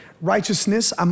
righteousness